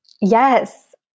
Yes